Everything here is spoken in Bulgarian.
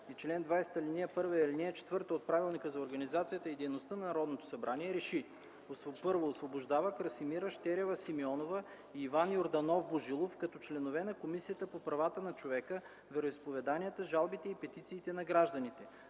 и чл. 20, ал. 1 и ал. 4 от Правилника за организацията и дейността на Народното събрание РЕШИ: 1. Освобождава Красимира Щерева Симеонова и Иван Йорданов Божилов като членове на Комисията по правата на човека, вероизповеданията, жалбите и петициите на гражданите.